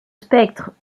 spectres